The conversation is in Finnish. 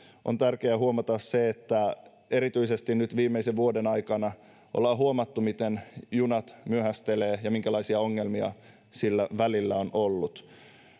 on tärkeää huomata se että erityisesti nyt viimeisen vuoden aikana ollaan huomattu miten junat myöhästelevät ja minkälaisia ongelmia sillä välillä on ollut